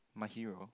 my hero